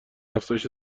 افزایش